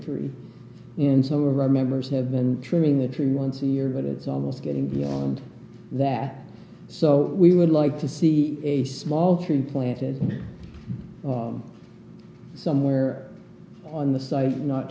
tree and so remembers have been trimming the tree once a year but it's almost getting beyond that so we would like to see a small tree planted on somewhere on the site not